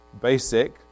basic